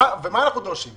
מה אנחנו דורשים?